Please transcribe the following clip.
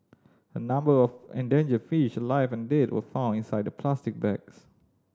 a number of endangered fish alive and dead were found inside the plastic bags